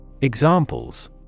Examples